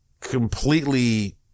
completely